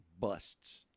busts